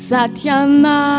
Satyana